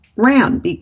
ran